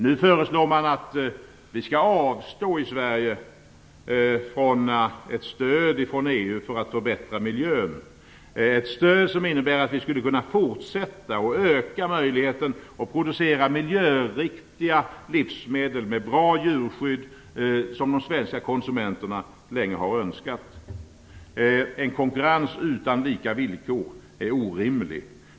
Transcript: Nu föreslår man att vi i Sverige skall avstå från ett stöd från EU för att förbättra miljön, ett stöd som innebär att vi skulle kunna fortsätta öka möjligheten att producera miljöriktiga livsmedel med bra djurskydd, något som de svenska konsumenterna länge har önskat. En konkurrens utan lika villkor är orimlig.